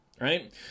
right